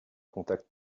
contacts